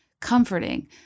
comforting